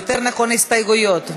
יותר נכון, הסתייגויות.